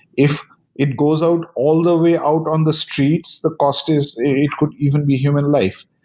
if it goes out all the way out on the streets, the cost is it could even be human life.